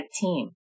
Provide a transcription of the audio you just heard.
team